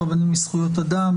רבנים לזכויות אדם.